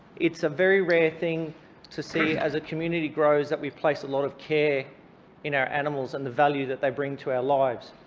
it's a very rare thing to see as a community grows that we've placed a lot of care in our animals and the value that they bring to our lives.